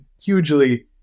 hugely